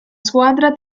squadra